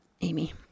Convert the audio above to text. Amy